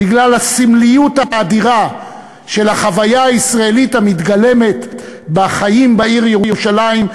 בגלל הסמליות האדירה של החוויה הישראלית המתגלמת בחיים בעיר ירושלים,